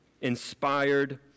inspired